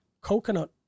coconut